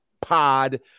Pod